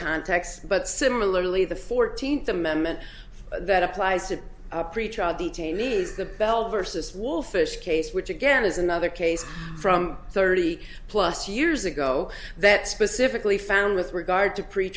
context but similarly the fourteenth amendment that applies to preach are detainees the bell versus wolfish case which again is another case from thirty plus years ago that specifically found with regard to pre